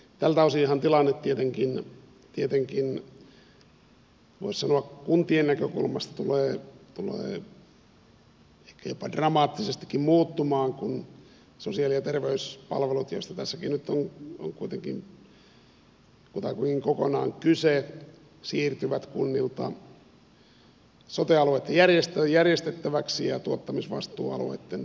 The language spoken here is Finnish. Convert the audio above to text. tältä osinhan tilanne tietenkin voisi sanoa kuntien näkökulmasta tulee ehkä jopa dramaattisestikin muuttumaan kun sosiaali ja terveyspalvelut joista kuitenkin tässäkin nyt on kutakuinkin kokonaan kyse siirtyvät kunnilta sote alueitten järjestettäväksi ja tuottamisvastuualueitten tuotettavaksi